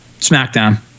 SmackDown